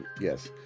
Yes